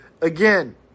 Again